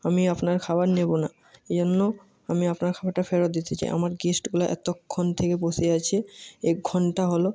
আমি আপনার খাবার নেবো না এজন্য আমি আপনার খাবারটা ফেরত দিতে চাই আমার গেস্টগুলো এতক্ষণ থেকে বসে আছে এক ঘন্টা হল